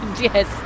yes